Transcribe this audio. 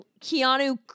keanu